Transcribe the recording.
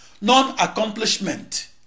non-accomplishment